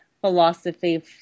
philosophy